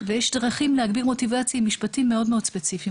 ויש דרכים להגביר מוטיבציה עם משפטים מאוד ספציפיים.